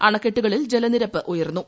അണക്കെട്ടുകളിൽ ജലനിരപ്പ് ഉയർന്നു